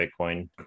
Bitcoin